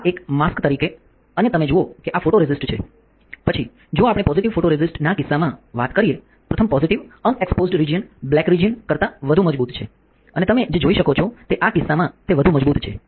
આ એક માસ્ક તરીકે અને તમે જુઓ કે આ ફોટોરેસિસ્ટ છે પછી જો આપણે પોઝિટિવ ફોટોરેસિસ્ટના કિસ્સામાં વાત કરીએ પ્રથમ positive unexposed region black region કરતાં વધુ મજબૂત છે અને તમે જે જોઈ શકો છો તે આ કિસ્સામાં તે વધુ મજબૂત છે